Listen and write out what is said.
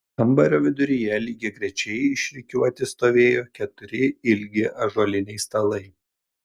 kambario viduryje lygiagrečiai išrikiuoti stovėjo keturi ilgi ąžuoliniai stalai